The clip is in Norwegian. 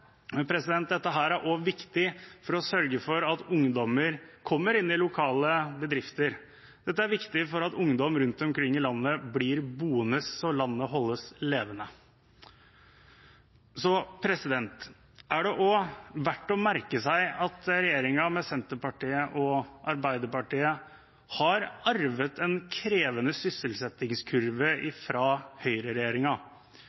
Dette er også viktig for å sørge for at ungdommer kommer inn i lokale bedrifter. Dette er viktig for at ungdom rundt omkring i landet blir boende så landet holdes levende. Det er også verdt å merke seg at regjeringen, Senterpartiet og Arbeiderpartiet har arvet en krevende sysselsettingskurve